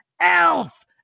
elf